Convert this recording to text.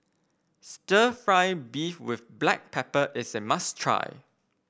stir fry beef with Black Pepper is a must try